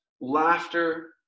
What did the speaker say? laughter